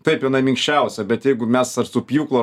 taip jinai minkščiausia bet jeigu mes ar su pjūklu